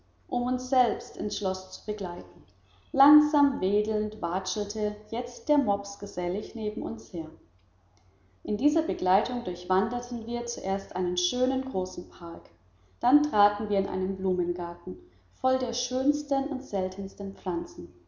uns selbst ins schloß zu begleiten langsam wedelnd watschelte jetzt der mops gesellig neben uns her in dieser begleitung durchwanderten wir zuerst einen schönen großen park dann traten wir in einen blumengarten voll der schönsten und seltensten pflanzen